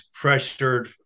pressured